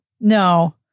No